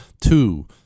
Two